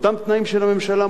אותם תנאים של הממשלה,